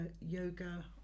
yoga